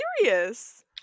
serious